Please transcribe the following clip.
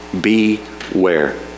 beware